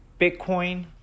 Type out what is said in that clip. Bitcoin